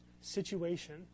situation